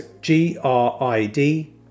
G-R-I-D